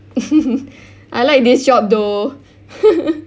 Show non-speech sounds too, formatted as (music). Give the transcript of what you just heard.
(laughs) I like this job though (laughs)